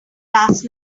last